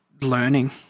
learning